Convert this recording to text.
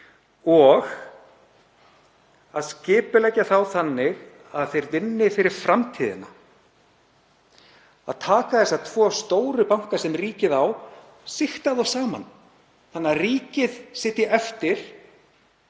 og skipuleggja þá þannig að þeir vinni fyrir framtíðina, að taka þessa tvo stóru banka sem ríkið á og sigta þá saman þannig að ríkið sitji eftir